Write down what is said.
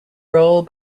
role